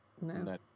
no